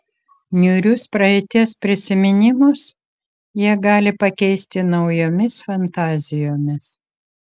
niūrius praeities prisiminimus jie gali pakeisti naujomis fantazijomis